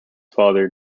father